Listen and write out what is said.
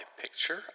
picture